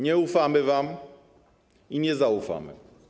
Nie ufamy wam i nie zaufamy.